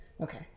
Okay